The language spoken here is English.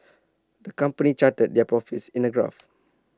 the company charted their profits in A graph